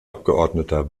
abgeordneter